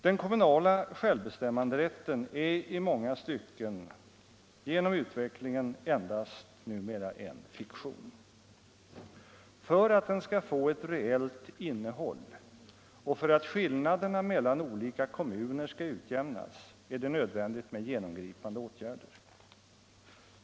Den kommunala självbestämmanderätten är i många stycken genom utvecklingen numera endast en fiktion. För att den skall få ett reellt innehåll och för att skillnaderna mellan olika kommuner skall utjämnas är det nödvändigt med genomgripande åtgärder.